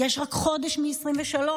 יש רק חודש מ-2023,